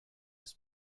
his